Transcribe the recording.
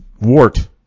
Wart